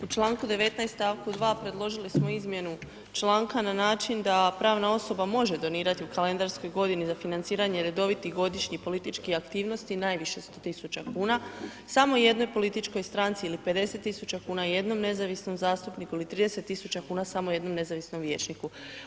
U članku 19. stavku 2. predložili smo izmjenu članka na način da pravna osoba može donirati u kalendarskoj godini za financiranje redovitih godišnjih političkih aktivnosti najviše 100.000 kuna samo jednoj političkoj stranici ili 50.000 kuna jednom nezavisnom zastupniku ili 30.000 kuna samo jednom nezavisnom vijećniku.